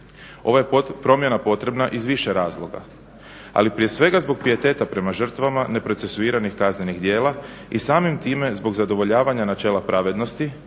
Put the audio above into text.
Ova je promjena potrebna iz više razloga, ali prije svega zbog pijeteta prema žrtvama neprocesuiranih kaznenih djela i samim time zbog zadovoljavanja načela pravednosti